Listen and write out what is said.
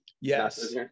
Yes